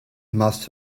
must